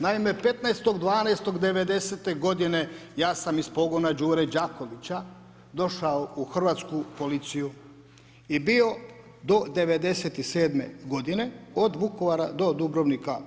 Naime 15.12.'90.-te godine ja sam iz pogona Đure Đakovića došao u Hrvatsku policiju i bio dao '97 godine od Vukovara do Dubrovnika.